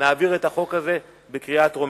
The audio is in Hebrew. נעביר את החוק הזה בקריאה טרומית.